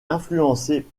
influencé